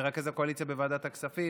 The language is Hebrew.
מרכז הקואליציה בוועדת הכספים,